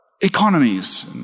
economies